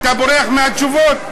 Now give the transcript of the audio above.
אתה בורח מהתשובות.